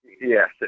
yes